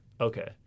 okay